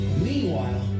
meanwhile